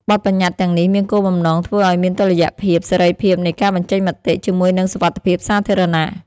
បទប្បញ្ញត្តិទាំងនេះមានគោលបំណងធ្វើឱ្យមានតុល្យភាពសេរីភាពនៃការបញ្ចេញមតិជាមួយនឹងសុវត្ថិភាពសាធារណៈ។